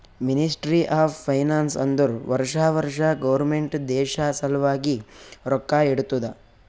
ministry of finance ಅಂದುರ್ ವರ್ಷಾ ವರ್ಷಾ ಗೌರ್ಮೆಂಟ್ ದೇಶ ಸಲ್ವಾಗಿ ರೊಕ್ಕಾ ಇಡ್ತುದ